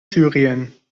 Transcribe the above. syrien